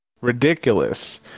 ridiculous